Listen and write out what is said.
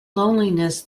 loneliness